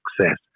success